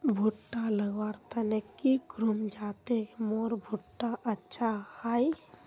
भुट्टा लगवार तने की करूम जाते मोर भुट्टा अच्छा हाई?